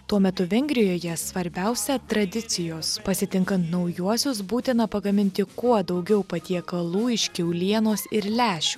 tuo metu vengrijoje svarbiausia tradicijos pasitinkant naujuosius būtina pagaminti kuo daugiau patiekalų iš kiaulienos ir lęšių